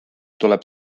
tuleb